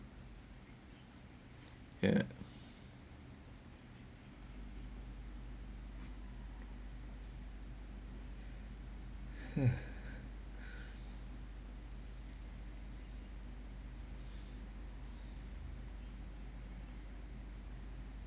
ya